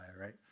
right